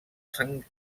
sant